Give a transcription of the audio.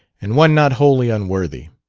and one not wholly unworthy.